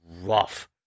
rough